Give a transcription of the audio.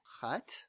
Hut